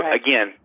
again